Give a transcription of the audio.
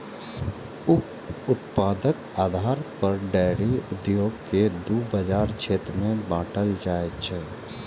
उप उत्पादक आधार पर डेयरी उद्योग कें दू बाजार क्षेत्र मे बांटल जाइ छै